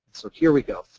here we go.